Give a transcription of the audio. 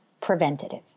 preventative